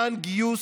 בעניין גיוס.